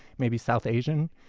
maybe south asian,